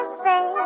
say